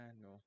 no